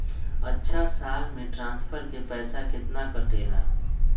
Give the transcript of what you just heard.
अछा साल मे ट्रांसफर के पैसा केतना कटेला?